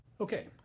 Okay